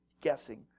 guessing